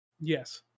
Yes